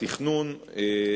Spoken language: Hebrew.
בניסן התשס"ט (8 באפריל